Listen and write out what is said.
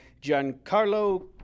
Giancarlo